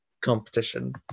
competition